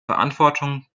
verantwortung